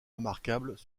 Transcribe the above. remarquables